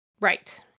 Right